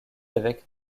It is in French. évêque